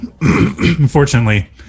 unfortunately